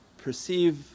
perceive